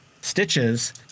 Stitches